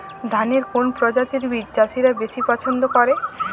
ধানের কোন প্রজাতির বীজ চাষীরা বেশি পচ্ছন্দ করে?